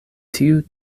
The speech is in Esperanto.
tiu